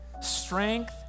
Strength